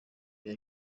bya